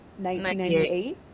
1998